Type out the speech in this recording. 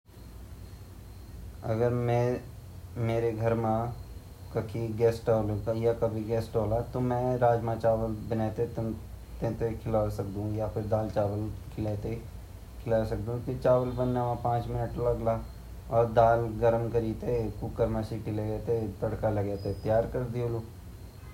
मेते पता ची की मेमू आधा घंटा ची मेहमानु ते खानो बडोड़ो ते मै फटा-फट यन कलु की आलू उबालु अर आलू उबाली ते योक तरफ आलू उबालु अर योक तरफ आटा गुंदालु अर आलू छीलिते वेगा गुटका बडोलू ार पूड़ी बड़ेते मेहमानु ते फटा-फैट सर्वे करलु।